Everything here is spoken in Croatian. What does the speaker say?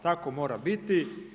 Tako mora biti.